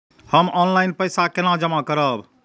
हम ऑनलाइन पैसा केना जमा करब?